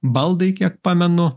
baldai kiek pamenu